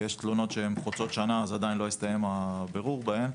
כי יש תלונות שהן חוצות שנה ועדיין לא הסתיים הבירור בהן.